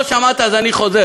לא שמעת על זה, אני חוזר.